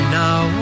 now